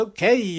Okay